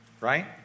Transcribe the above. right